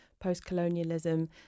post-colonialism